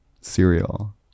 cereal